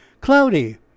Cloudy